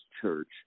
church